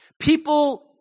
People